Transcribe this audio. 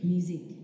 Music